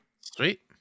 Sweet